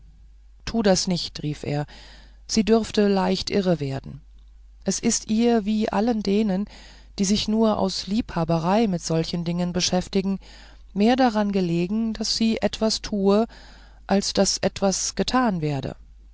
tue es nicht rief er sie dürfte leicht irre werden es ist ihr wie allen denen die sich nur aus liebhaberei mit solchen dingen beschäftigen mehr daran gelegen daß sie etwas tue als daß etwas getan werde